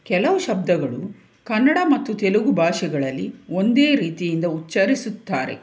ಕೆಲವು ಶಬ್ದಗಳು ಕನ್ನಡ ಮತ್ತು ತೆಲುಗು ಭಾಷೆಗಳಲ್ಲಿ ಒಂದೇ ರೀತಿಯಿಂದ ಉಚ್ಚರಿಸುತ್ತಾರೆ